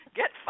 get